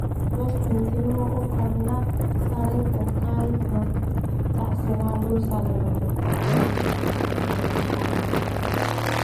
Duas penting nou karna saling terkait no ta selalu saling bertentangan.